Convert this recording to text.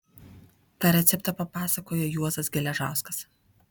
tą receptą papasakojo juozas geležauskas